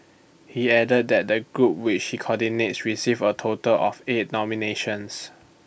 he added that the group which he coordinates receive A total of eight nominations